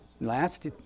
Last